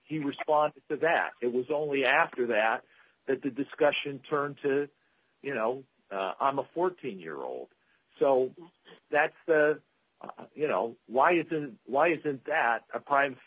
he responded to that it was only after that that the discussion turned to you know i'm a fourteen year old so that's the you know why isn't why isn't that a pri